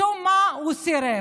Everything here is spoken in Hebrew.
משום מה הוא סירב.